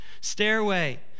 stairway